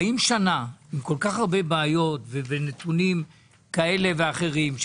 40 שנה עם כל כך הרבה בעיות ועם נתונים כאלה ואחרים,